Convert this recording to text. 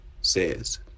says